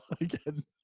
again